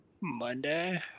Monday